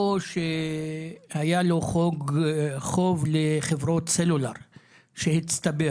או שהיה לו חוב לחברות סלולר שהצטבר.